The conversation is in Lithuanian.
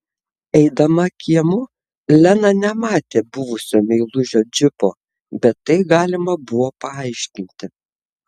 eidama kiemu lena nematė buvusio meilužio džipo bet tai galima buvo paaiškinti